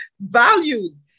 values